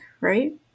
right